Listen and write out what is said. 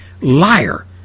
liar